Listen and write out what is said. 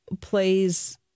plays